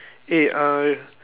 eh uh